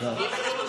כל הכבוד,